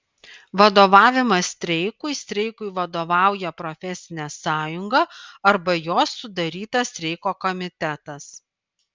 vadovavimas streikui streikui vadovauja profesinė sąjunga arba jos sudarytas streiko komitetas